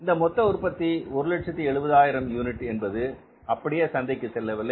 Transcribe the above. இந்த மொத்த உற்பத்தி 170000 யூனிட் என்பது அப்படியே சந்தைக்கு செல்லவில்லை